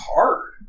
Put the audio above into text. hard